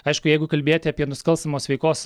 aišku jeigu kalbėti apie nusikalstamos veikos